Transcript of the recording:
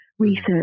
research